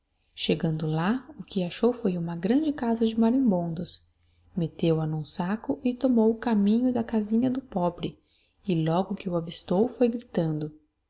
chegando lá o que achou foi uma grande casa de marimbondos metteu a num saccoetomou o caminho da casinha do pobre e logo que o avistou foi